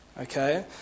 Okay